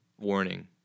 warning